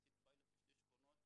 אני עשיתי פיילוט בשתי שכונות ו